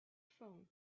phone